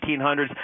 1800s